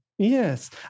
Yes